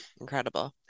Incredible